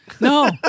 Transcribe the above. No